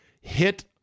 hit